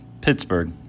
Pittsburgh